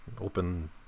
open